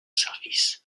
service